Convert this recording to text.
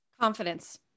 Confidence